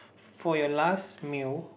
for your last meal